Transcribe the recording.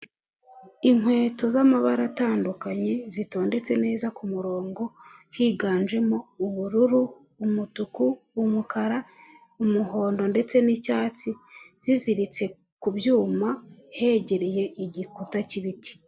Inkweto z'amabara atandukanye zitondetse neza kumurongo higanjemo ubururu umutuku umukara, umuhondo ndetse n'icyatsi ziziritse ku byuma hegereye igikuta k'ibiti.